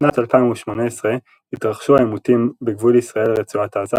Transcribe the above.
בשנת 2018 התרחשו העימותים בגבול ישראל–רצועת עזה